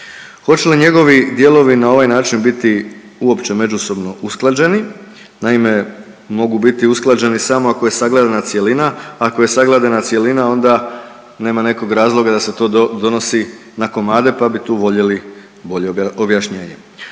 Hoće li njegovi dijelovi na ovaj način biti uopće međusobno usklađeni. Naime, mogu biti usklađeni samo ako je sagledana cjelina, ako je sagledana cjelina onda nema nekog razloga da se to donosi na komade, pa bi tu voljeli objašnjenje.